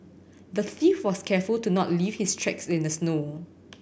the thief was careful to not leave his tracks in the snow